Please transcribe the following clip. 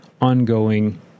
ongoing